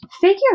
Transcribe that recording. Figure